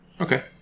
Okay